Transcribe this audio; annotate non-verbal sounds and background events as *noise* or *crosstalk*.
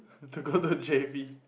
*breath* have to go to j_b